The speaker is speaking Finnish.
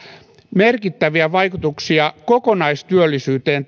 merkittäviä vaikutuksia kokonaistyöllisyyteen